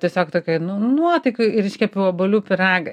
tiesiog tokioj nuotaikoj ir iškepiau obuolių pyragą